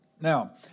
Now